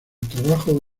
trabajo